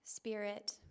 Spirit